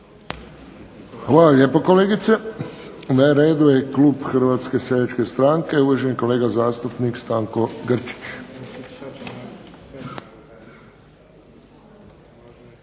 Hvala lijepo kolegice. Na redu je klub HSS-a uvaženi kolega zastupnik Stanko Grčić.